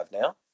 now